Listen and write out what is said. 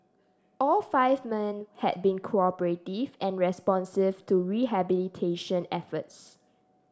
all five men had been cooperative and responsive to rehabilitation efforts